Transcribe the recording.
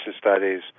studies